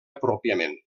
pròpiament